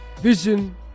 vision